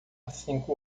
cinco